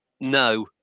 No